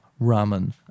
ramen